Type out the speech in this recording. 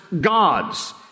gods